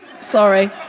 Sorry